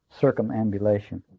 circumambulation